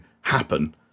happen